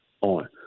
on